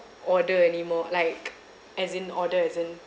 order any more like as in order as in